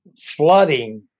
flooding